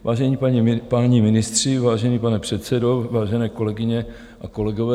Vážení páni ministři, vážený pane předsedo, vážené kolegyně a kolegové.